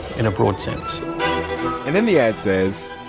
in a broad sense and then the ad says,